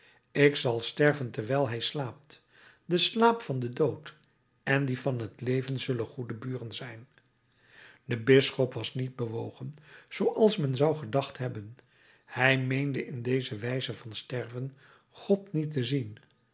ik zal sterven terwijl hij slaapt de slaap van den dood en die van het leven zullen goede buren zijn de bisschop was niet bewogen zooals men zou gedacht hebben hij meende in deze wijze van sterven god niet te zien